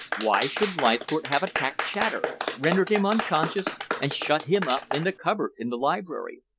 why should leithcourt have attacked chater, rendered him unconscious, and shut him up in the cupboard in the library?